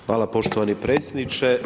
Hvala poštovani predsjedniče.